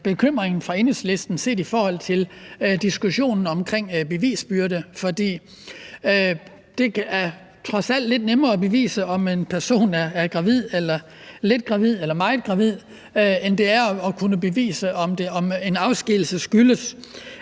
bekymringen fra Enhedslistens side set i forhold til diskussionen om bevisbyrde. For det er trods alt lidt nemmere at bevise, om en person er gravid eller lidt gravid eller meget gravid, end det er at kunne bevise, om en afskedigelse skyldes